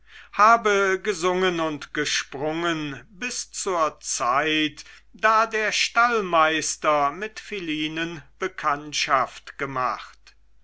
habe gesungen und gesprungen bis zur zeit da der stallmeister mit philinen bekanntschaft gemacht